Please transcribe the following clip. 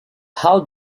how